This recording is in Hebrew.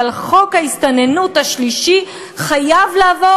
אבל חוק ההסתננות השלישי חייב לעבור,